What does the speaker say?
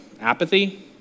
apathy